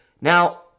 Now